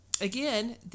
again